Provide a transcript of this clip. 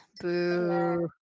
boo